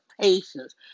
patience